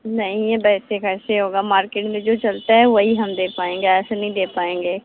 नहीं यह वैसे कैसे होगा मार्किट में जो चलता है वही हम दे पाएँगे ऐसे नहीं दे पाएँगे